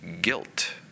guilt